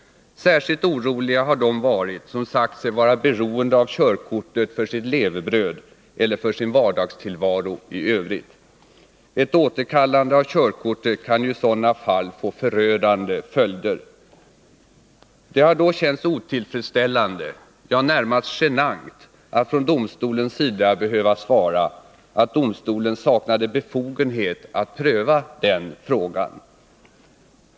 Särskilt oroliga har de varit som sagt sig vara beroende av körkortet för sitt levebröd eller för sin vardagstillvaro i övrigt. Ett återkallande av körkortet kan ju i sådana fall få förödande följder. Det har då känts otillfredsställande, ja, närmast genant, att från domstolens sida behöva svara att domstolen saknade befogenhet att pröva den frågan.